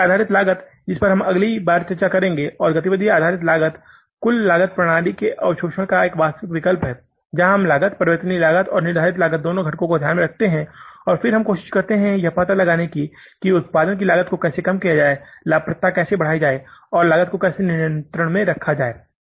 गतिविधि आधारित लागत जिस पर हम अगली बार चर्चा करेंगे और गतिविधि आधारित लागत कुल लागत प्रणाली के अवशोषण का वास्तविक विकल्प है जहां हम लागत परिवर्तनीय लागत और निर्धारित लागत दोनों घटकों को ध्यान में रखते हैं और फिर हम कोशिश करते हैं यह पता लगाने के लिए कि उत्पादन की कुल लागत को कैसे कम किया जाए लाभप्रदता कैसे बढ़ाई जाए और लागत को कैसे नियंत्रण में रखा जाए